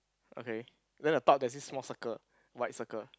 okay then the top there's this small circle white circle